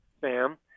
Sam